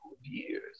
years